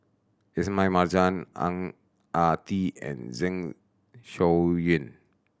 Ismail Marjan Ang Ah Tee and Zeng Shouyin